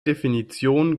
definition